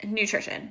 nutrition